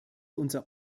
unser